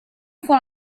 von